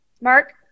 Mark